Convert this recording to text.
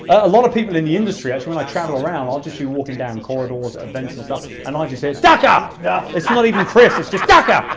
a lot of people in the industry actually, when i travel around, i'll just be walking down corridors, events and stuff and i just hear, ducker! yeah it's not even chris, it's ducker!